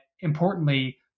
importantly